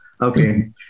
Okay